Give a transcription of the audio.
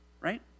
Right